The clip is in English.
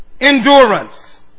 Endurance